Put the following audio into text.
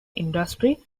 industry